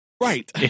Right